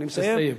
אני מסיים.